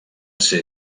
ser